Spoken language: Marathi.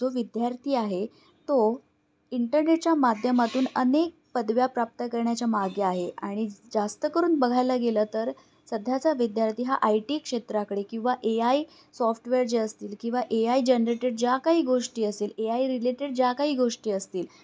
जो विद्यार्थी आहे तो इंटरनेटच्या माध्यमातून अनेक पदव्या प्राप्त करण्याच्या मागे आहे आणि जास्त करून बघायला गेलं तर सध्याचा विद्यार्थी हा आय टी क्षेत्राकडे किंवा ए आय सॉफ्टवेअर जे असतील किंवा ए आय जनरेटेड ज्या काही गोष्टी असेल ए आय रिलेटेड ज्या काही गोष्टी असतील